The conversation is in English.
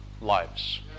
lives